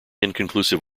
inconclusive